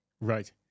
right